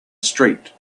street